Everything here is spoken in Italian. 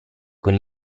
con